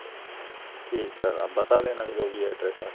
ठीक सर आप बता देना फिर जो भी एड्रेस है आपका